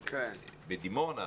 בדימונה,